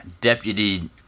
Deputy